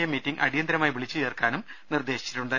A meeting അടിയന്തിരമായി വിളിച്ചു ചേർക്കാനും നിർദ്ദേശിച്ചിട്ടുണ്ട്